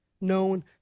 known